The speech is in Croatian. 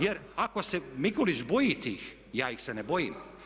Jer ako se Mikulić boji tih, ja ih se ne bojim.